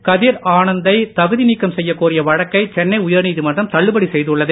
கபிர் ஆனந்தை தகுதி நீக்கம் செய்ய கோரிய வழக்கை சென்னை உயர்நீதிமன்றம் தள்ளுபடி செய்தள்ளது